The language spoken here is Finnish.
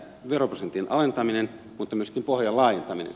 veroprosentin alentaminen mutta myöskin pohjan laajentaminen